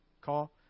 Call